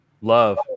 Love